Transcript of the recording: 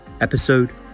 Episode